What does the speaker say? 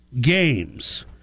games